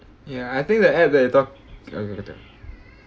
ya I think the app that you talked okay you talk